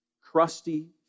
crusty